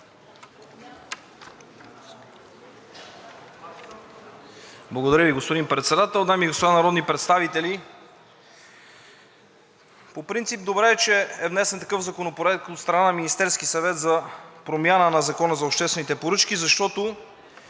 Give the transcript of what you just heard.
Благодаря Ви, господин Председател. Дами и господа народни представители, по принцип добре е, че е внесен такъв законопроект от страна на Министерския съвет за промяна на Закона за обществените поръчки, защото